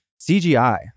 CGI